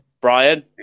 Brian